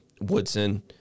Woodson